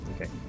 Okay